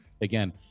Again